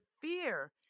fear